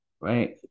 right